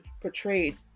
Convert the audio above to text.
portrayed